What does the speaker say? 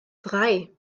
drei